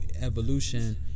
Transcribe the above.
evolution